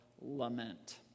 lament